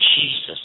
Jesus